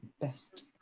best